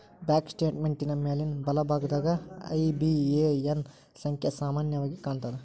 bank ಸ್ಟೇಟ್ಮೆಂಟಿನ್ ಮ್ಯಾಲಿನ್ ಬಲಭಾಗದಾಗ ಐ.ಬಿ.ಎ.ಎನ್ ಸಂಖ್ಯಾ ಸಾಮಾನ್ಯವಾಗಿ ಕಾಣ್ತದ